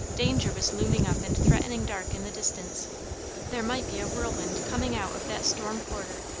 danger was looming up and threatening dark in the distance there might be a whirlwind coming out of that storm quarter,